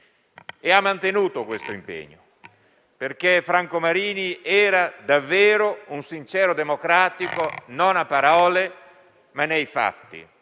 E ha mantenuto questo impegno perché Franco Marini era davvero un sincero democratico, non a parole ma nei fatti